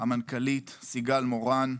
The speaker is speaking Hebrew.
המנכ"לית סיגל מורן,